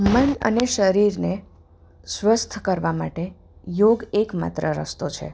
મન અને શરીરને સ્વસ્થ કરવા માટે યોગ એક માત્ર રસ્તો છે